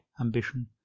ambition